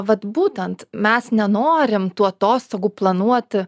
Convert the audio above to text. vat būtent mes nenorim tų atostogų planuoti